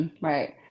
Right